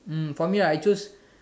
um for me right I choose